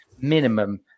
minimum